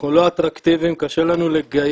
אנחנו לא אטרקטיביים, קשה לנו לגייס